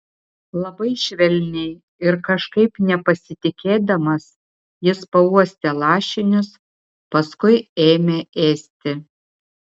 labai švelniai ir kažkaip nepasitikėdamas jis pauostė lašinius paskui ėmė ėsti